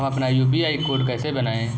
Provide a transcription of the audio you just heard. हम अपना UPI code कैसे बनाएँ?